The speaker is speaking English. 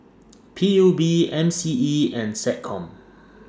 P U B M C E and Seccom